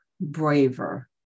braver